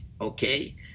Okay